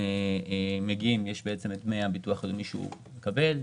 הדברים האלה מגיעים מדמי הביטוח הלאומי שהוא מקבל.